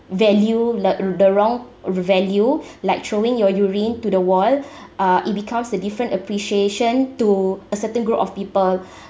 value like uh the wrong value like throwing your urine to the wall uh it becomes a different appreciation to a certain group of people